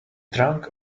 trunk